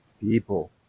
People